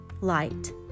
light